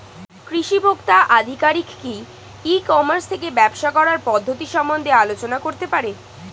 কৃষি ভোক্তা আধিকারিক কি ই কর্মাস থেকে ব্যবসা করার পদ্ধতি সম্বন্ধে আলোচনা করতে পারে?